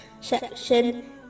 section